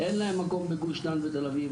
אין להם מקום בגוש דן ותל אביב,